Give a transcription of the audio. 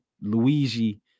Luigi